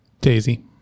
Daisy